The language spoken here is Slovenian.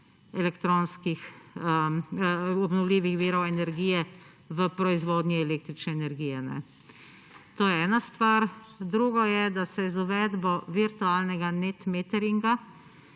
obnovljivih virov energije v proizvodnji električne energije. To je ena stvar. Drugo je, da se je z uvedbo virtualnega net-meteringa,